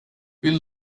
vill